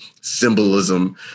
symbolism